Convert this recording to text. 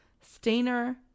Stainer